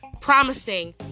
promising